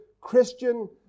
Christian